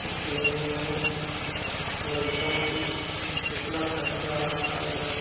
उसमें लमसम कितना ख़र्चा आएगा